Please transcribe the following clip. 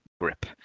grip